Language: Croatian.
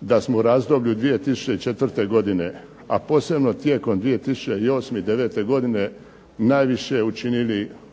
da smo u razdoblju 2004. godine, a posebno tijekom 2008. i devete godine najviše učinili u